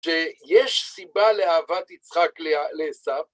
שיש סיבה לאהבת יצחק לעשו,